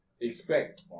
expect